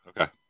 Okay